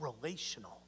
relational